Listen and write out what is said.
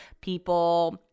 people